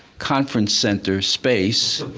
conference center space.